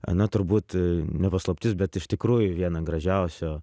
na turbūt ne paslaptis bet iš tikrųjų vieną gražiausių